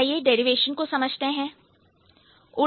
आइए डेरिवेशन को समझते हैं